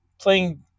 playing